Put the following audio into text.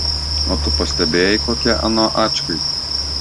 o tu pastebėjai kokie ano ačkai